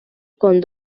con